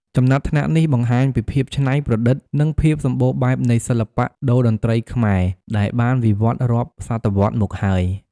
ចំណាត់ថ្នាក់នេះបង្ហាញពីភាពច្នៃប្រឌិត និងភាពសម្បូរបែបនៃសិល្បៈតូរ្យតន្ត្រីខ្មែរ ដែលបានវិវឌ្ឍន៍រាប់សតវត្សរ៍មកហើយ។